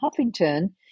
Huffington